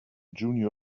junior